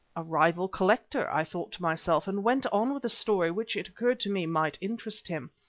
a rival collector, i thought to myself, and went on with the story which, it occurred to me, might interest him.